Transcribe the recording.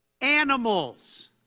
Animals